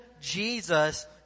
Jesus